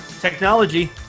Technology